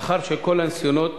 לאחר שכל ניסיונות